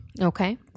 Okay